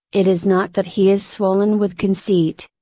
it is not that he is swollen with conceit.